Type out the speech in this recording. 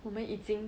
我们已经